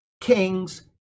kings